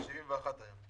של 71 הימים.